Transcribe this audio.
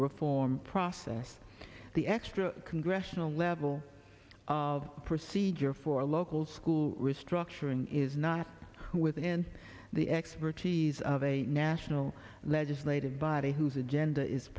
reform process the extra congressional level of procedure for local school restructuring is not within the expertise of a national legislative body whose agenda is